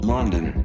London